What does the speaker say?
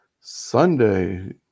Sunday